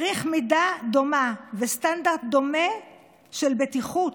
צריך מידה דומה וסטנדרט דומה של בטיחות,